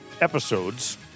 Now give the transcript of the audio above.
episodes